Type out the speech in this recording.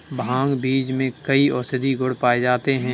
भांग बीज में कई औषधीय गुण पाए जाते हैं